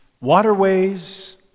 waterways